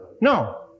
No